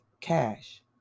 cash